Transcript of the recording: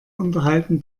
unterhalten